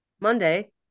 Monday